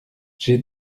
j’ai